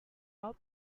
all